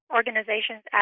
Organizations